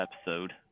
episode